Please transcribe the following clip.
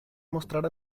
mostrar